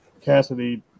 cassidy